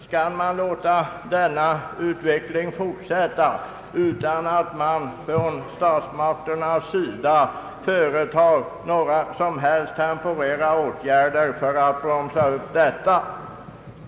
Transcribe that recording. Skall denna utveckling få fortsätta utan att statsmakterna vidtar några som helst temporära åtgärder för att bromsa upp den?